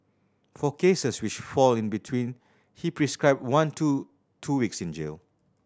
for cases which fall in between he prescribed one to two weeks in jail